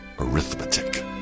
arithmetic